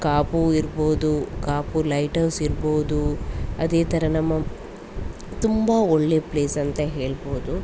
ಕಾಪು ಇರ್ಬೋದು ಕಾಪು ಲೈಟ್ಹೌಸ್ ಇರ್ಬೋದು ಅದೇ ಥರ ನಮ್ಮ ತುಂಬ ಒಳ್ಳೆಯ ಪ್ಲೇಸ್ ಅಂತ ಹೇಳ್ಬೋದು